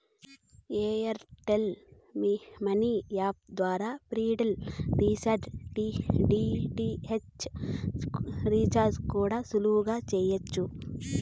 air tell money app ద్వారా prepaid recharge, DTH recharge కూడా సులువుగా చెయ్యచ్చు